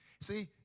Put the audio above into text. see